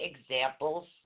examples